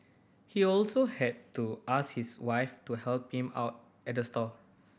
he also had to ask his wife to help him out at the stall